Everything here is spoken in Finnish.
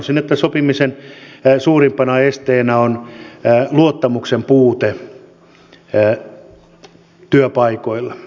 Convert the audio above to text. sanoisin että sopimisen suurimpana esteenä on luottamuksen puute työpaikoilla